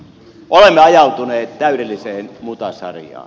olemme ajautuneet täydelliseen mutasarjaan